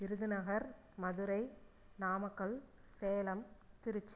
Virudhunagar Madurai Namakkal Salem Trichy